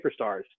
superstars